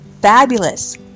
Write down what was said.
fabulous